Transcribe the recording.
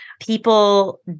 people